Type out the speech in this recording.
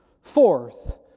Fourth